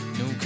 no